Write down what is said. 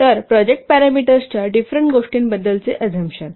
तर प्रोजेक्ट पॅरामीटर्सच्या डिफरेंट गोष्टींबद्दलचे अजमशन